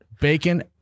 Bacon